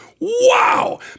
Wow